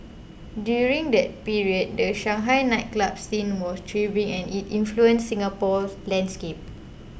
during that period the Shanghai nightclub scene was thriving and it influenced Singapore's landscape